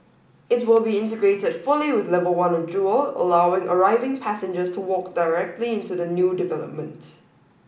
it will be integrated fully with level one of Jewel allowing arriving passengers to walk directly into the new development